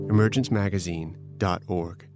EmergenceMagazine.org